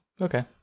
okay